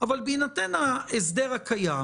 אבל בהינתן ההסדר הקיים